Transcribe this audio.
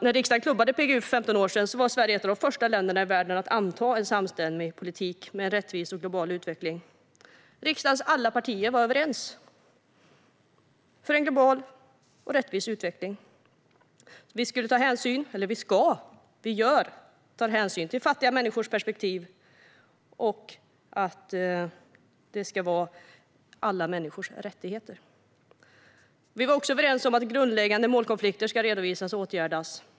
När riksdagen klubbade PGU för 15 år sedan var Sverige ett av de första länderna i världen att anta en samstämmig politik för rättvis och global utveckling. Riksdagens alla partier var överens om en global och rättvis utveckling. Vi skulle, och ska, ta hänsyn till fattiga människors perspektiv och alla människors rättigheter. Vi var också överens om att grundläggande målkonflikter ska redovisas och åtgärdas.